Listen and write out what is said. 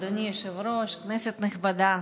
אדוני היושב-ראש, כנסת נכבדה,